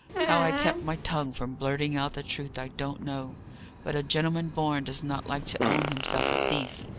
how i kept my tongue from blurting out the truth, i don't know but a gentleman born does not like to own himself a thief.